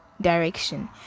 direction